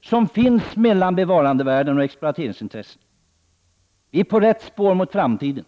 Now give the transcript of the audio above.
som finns mellan bevarandevärden och exploateringsintressen. Vi är på rätt spår mot framtiden.